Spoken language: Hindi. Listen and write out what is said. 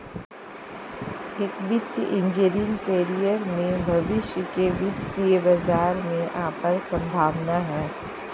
एक वित्तीय इंजीनियरिंग कैरियर में भविष्य के वित्तीय बाजार में अपार संभावनाएं हैं